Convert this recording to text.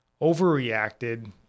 overreacted